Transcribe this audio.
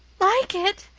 like it!